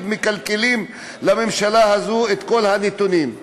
מקלקלים לממשלה הזאת את כל הנתונים,